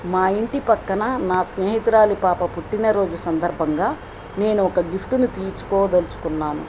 మా ఇంటి పక్కన నా స్నేహితురాలి పాప పుట్టినరోజు సందర్భంగా నేను ఒక గిఫ్టుని తీసుకోదలుచుకున్నాను